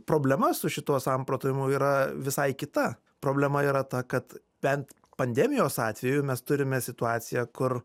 problema su šituo samprotavimu yra visai kita problema yra ta kad bent pandemijos atveju mes turime situaciją kur